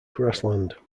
grassland